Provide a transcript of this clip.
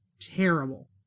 terrible